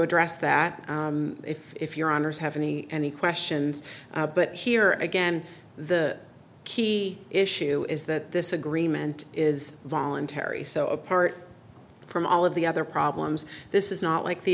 address that if if your honour's have any any questions but here again the key issue is that this agreement is voluntary so apart from all of the other problems this is not like the